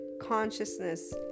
consciousness